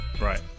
Right